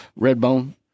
Redbone